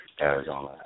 Arizona